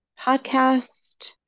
podcast